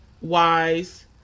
Wise